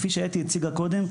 כפי שאתי הציגה קודם,